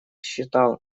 считал